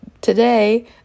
today